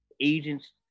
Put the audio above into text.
agents